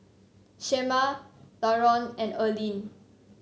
Shemar Laron and Erlene